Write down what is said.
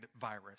virus